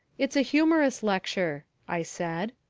it's a humorous lecture, i said.